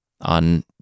on